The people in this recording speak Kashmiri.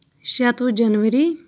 شَتہٕ وُہ جنؤری